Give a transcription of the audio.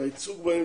והייצוג בהם